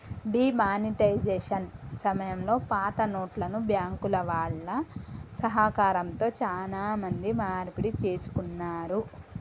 D monetisation సమయంలో పాతనోట్లను బ్యాంకుల వాళ్ళ సహకారంతో చానా మంది మార్పిడి చేసుకున్నారు